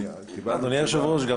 אדוני היושב-ראש,